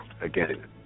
again